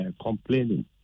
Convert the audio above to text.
complaining